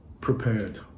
prepared